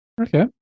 okay